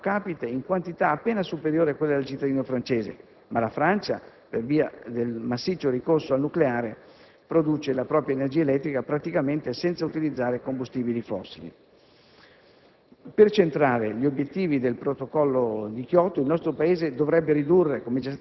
a quella del cittadino tedesco (poco più della metà) e in quantità appena superiore a quella del cittadino francese, ma la Francia, per via del massiccio ricorso al nucleare, produce la propria energia elettrica praticamente senza utilizzare combustibili fossili.